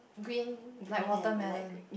green like watermelon